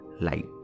light